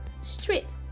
straight